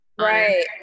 Right